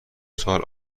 سال